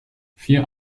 vier